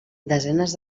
desenes